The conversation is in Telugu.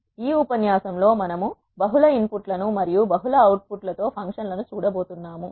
ఈ ఉపన్యాసంలో లో మనం బహుళ ఇన్ పుట్ లను మరియు బహుళ అవుట్పుట్ తో ఫంక్షన్ లను చూడబోతున్నాము